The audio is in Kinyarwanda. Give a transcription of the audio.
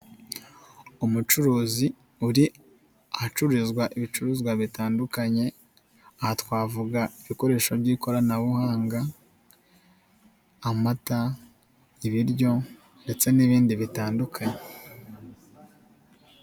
Umucuruzi uri ahacururizwa ibicuruzwa bitandukanye, aha twavuga ibikoresho by'ikoranabuhanga, amata, ibiryo, ndetse n'ibindi bitandukanye.